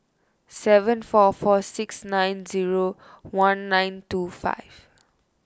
seven four four six nine zero one nine two five